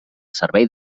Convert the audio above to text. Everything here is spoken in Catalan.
servei